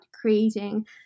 creating